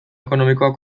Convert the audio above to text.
ekonomikoa